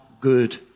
good